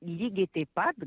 lygiai taip pat